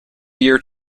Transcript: year